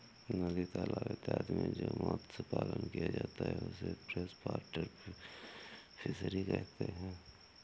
नदी तालाब इत्यादि में जो मत्स्य पालन किया जाता है उसे फ्रेश वाटर फिशरी कहते हैं